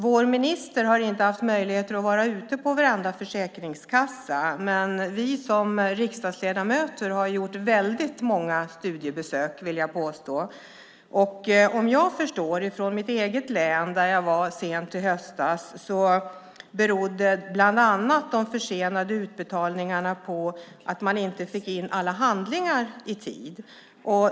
Vår minister har inte haft tid att besöka vartenda försäkringskassekontor, men vi riksdagsledamöter har gjort många studiebesök, vill jag påstå. Av Försäkringskassan i mitt hemlän, som jag besökte sent i höstas, fick jag veta att de försenade utbetalningarna bland annat berodde på att man inte fick in alla handlingar i tid.